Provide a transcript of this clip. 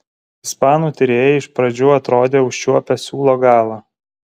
ispanų tyrėjai iš pradžių atrodė užčiuopę siūlo galą